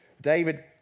David